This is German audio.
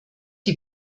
die